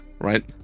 right